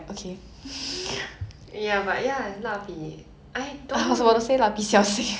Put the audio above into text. but ya I~ I find it like if you use art material 蜡笔小